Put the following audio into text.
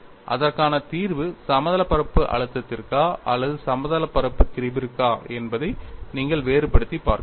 அதற்கான தீர்வு சமதளப் பரப்பு அழுத்தத்திற்கா அல்லது சமதளப் பரப்பு திரிபிற்கா என்பதை நீங்கள் வேறுபடுத்திப் பார்க்க வேண்டும்